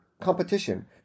competition